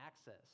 access